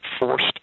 forced